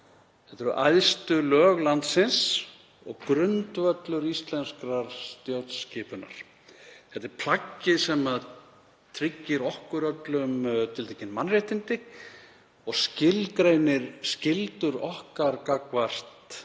Þetta eru æðstu lög landsins og grundvöllur íslenskrar stjórnskipunar. Þetta er plaggið sem tryggir okkur öllum tiltekin mannréttindi og skilgreinir skyldur okkar gagnvart